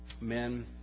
men